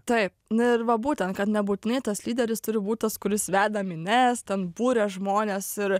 taip nu ir va būtent kad nebūtinai tas lyderis turi būt tas kuris veda minias ten buria žmones ir